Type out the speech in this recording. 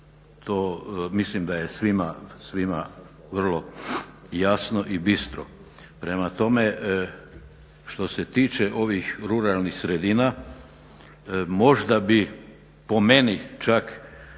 To mislim da je svima, svima vrlo jasno i bistro. Prema tome, što se tiče ovih ruralnih sredina, možda bi po meni čak